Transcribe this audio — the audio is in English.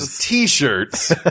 t-shirts